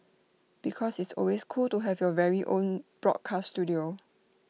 because it's always cool to have your very own broadcast Studio